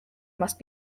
must